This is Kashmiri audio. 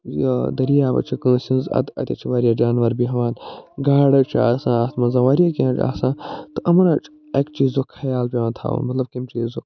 یہِ دٔریاوَے چھِ کٲنٛسہِ ہٕنٛز ات اَتَے چھِ وارِیاہ جانو بیٚہوان گاڈٕ حظ چھِ آسان اَتھ منٛز وارِیاہ کیٚنٛہہ حظ چھُ آسان تہٕ یِمن حظ چھُ اکہِ چیٖزُک خیال پٮ۪وان تھاوُن مطلب کمہِ چیٖزُک